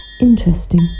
Interesting